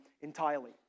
entirely